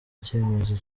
icyemezo